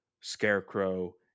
scarecrow